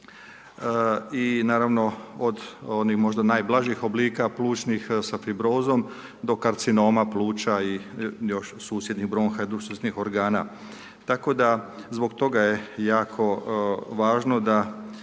i naravno od onih možda najblažih oblika plućnih sa fibrozom do karcinoma, pluća i susjednih bronha i .../Govornik se ne razumije./... organa. Tako da zbog toga je jako važno da